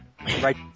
Right